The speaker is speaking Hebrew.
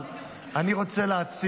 זה מה שאני רוצה.